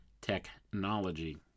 Technology